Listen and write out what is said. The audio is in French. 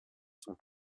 sont